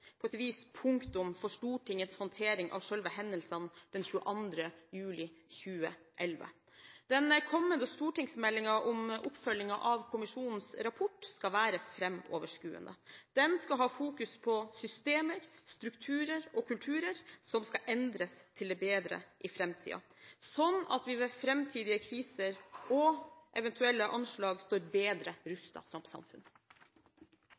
på et vis punktum for Stortingets håndtering av selve hendelsene den 22. juli 2011. Den kommende stortingsmeldingen om oppfølgingen av kommisjonens rapport skal være framoverskuende. Den skal ha fokus på systemer, strukturer og kulturer, som skal endres til det bedre i framtiden, slik at vi ved framtidige kriser og eventuelle anslag står bedre rustet som samfunn.